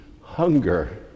hunger